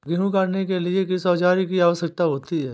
गेहूँ काटने के लिए किस औजार की आवश्यकता होती है?